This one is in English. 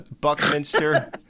Buckminster